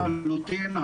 אתה צודק לחלוטין.